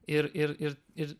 ir ir ir ir